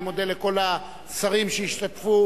אני מודה לכל השרים שהשתתפו,